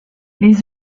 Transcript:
les